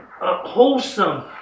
wholesome